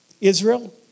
Israel